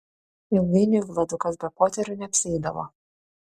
ilgainiui vladukas be poterių neapsieidavo